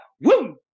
Woo